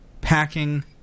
packing